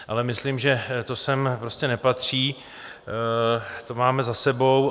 Ale myslím, že to sem prostě nepatří, to máme za sebou.